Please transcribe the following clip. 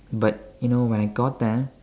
but you know when I got there